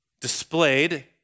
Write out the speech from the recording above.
displayed